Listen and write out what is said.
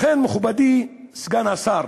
לכן, מכובדי סגן השר